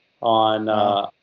on